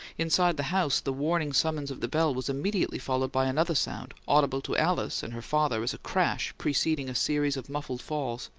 inside the house the warning summons of the bell was immediately followed by another sound, audible to alice and her father as a crash preceding a series of muffled falls.